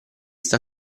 sta